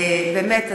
באמת,